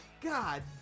god